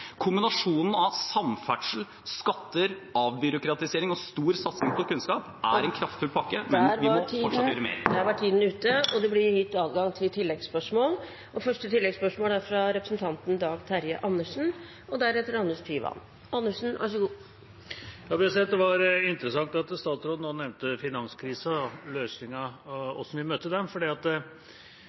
Kombinasjonen av samferdsel, skatter, avbyråkratisering og stor satsing på kunnskap er en kraftfull pakke, men vi må fortsatt gjøre mer. Tiden er ute. Det blir gitt anledning til oppfølgingsspørsmål – først Dag Terje Andersen. Det var interessant at statsråden nå nevnte finanskrisa – løsningen, og hvordan vi møtte den – for den gangen inviterte vi opposisjonspartiene til å være med og diskutere med regjeringa hva vi skulle gjøre. Den